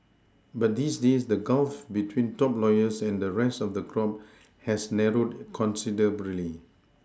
but these days the Gulf between top lawyers and the rest of the crop has narrowed considerably